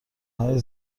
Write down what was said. های